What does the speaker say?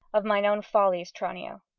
of mine own follies tranio.